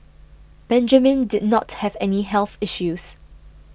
Benjamin did not have any health issues